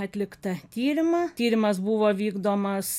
atliktą tyrimą tyrimas buvo vykdomas